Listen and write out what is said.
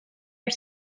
are